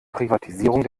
privatisierung